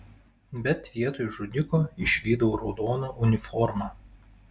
bet vietoj žudiko išvydau raudoną uniformą